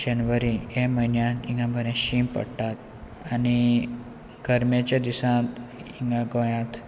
जनवरी हे म्हयन्यान हिंगा बरें शीं पडटा आनी गरमेच्या दिसान हिंगा गोंयांत